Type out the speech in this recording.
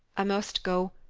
i must go,